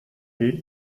geht